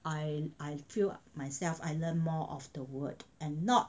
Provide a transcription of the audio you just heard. I I feel myself I learned more of the word and not